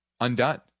undone